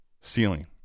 ceiling